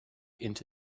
into